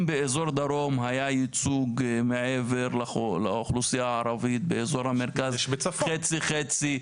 אם באזור דרום היה ייצוג מעבר לאוכלוסייה הערבית באזור המרכז חצי חצי.